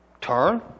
Turn